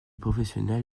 professionnels